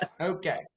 Okay